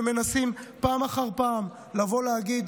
ומנסים פעם אחר פעם לבוא להגיד,